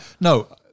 No